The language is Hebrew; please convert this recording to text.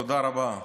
תודה רבה.